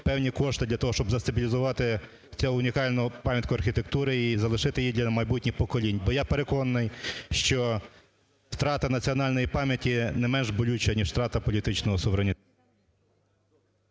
певні кошти для того, щоб застабілізувати цю унікальну пам'ятку архітектури і залишити її для майбутніх поколінь, бо я переконаний, що втрата національної пам'яті не менш болюча, ніж втрата політичного суверенітету.